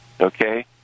Okay